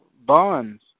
bonds